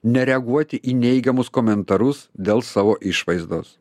nereaguoti į neigiamus komentarus dėl savo išvaizdos